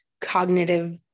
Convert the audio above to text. cognitive